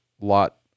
Lot